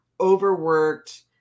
overworked